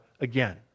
again